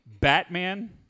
Batman